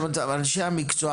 אבל אנשי המקצוע,